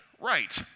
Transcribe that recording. Right